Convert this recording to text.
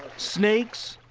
snakes,